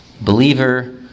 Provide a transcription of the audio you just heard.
believer